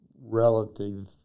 relative